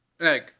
Egg